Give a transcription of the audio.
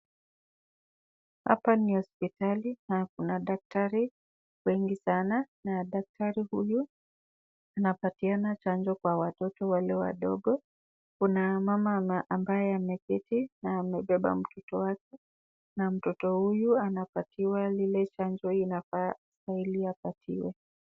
Hapa ni hospitali na kuna daktari wengi sana na daktari huyu anapatiana chanjo kwa watoto wale wadogo. Kuna mama ambaye ameketi na amebeba mtoto wake na mtoto huyu anapatiwa lile chanjo inafaa mwili apatiwe.